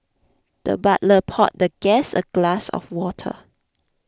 the butler poured the guest a glass of water